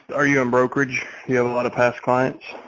are you in brokerage? you have a lot of past clients.